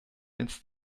ins